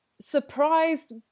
surprised